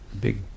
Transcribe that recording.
Big